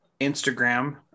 Instagram